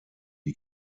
die